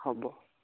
হ'ব